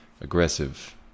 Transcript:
aggressive